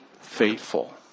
faithful